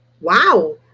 Wow